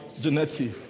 genetic